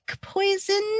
poison